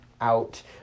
out